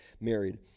married